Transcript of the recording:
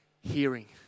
Hearing